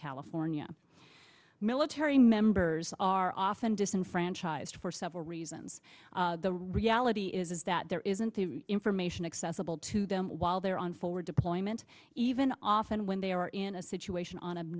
california military members are often disenfranchised for several reasons the reality is that there isn't the information accessible to them while they're on for deployment even often when they are in a